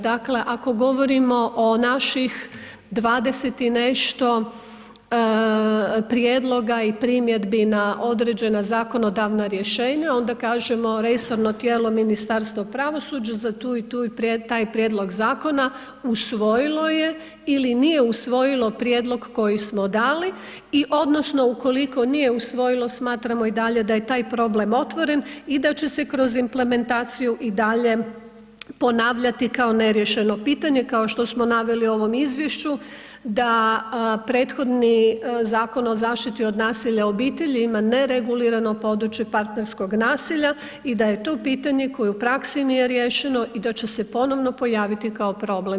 Dakle ako govorimo o naših 20 prijedloga i primjedbi na određena zakonodavna rješenja, onda kažemo resorno tijela Ministarstva pravosuđa za tu i tu i taj prijedlog zakona usvojilo je ili nije usvojilo prijedlog koji smo dali i odnosno ukoliko nije usvojilo, smatramo i dalje da je tak problem otvoren i da će se kroz implementaciju i dalje ponavljati kao neriješeno pitanje, kao što smo naveli u ovom izvješću da prethodni Zakon o zaštiti od nasilja u obitelji ima neregulirano područje partnerskog nasilja i da je to pitanje koje u praksi nije rije riješeno i da će se ponovno pojaviti kao problem.